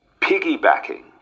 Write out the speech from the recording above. piggybacking